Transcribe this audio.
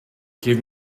give